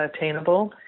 attainable